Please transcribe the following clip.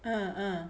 uh uh